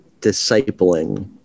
discipling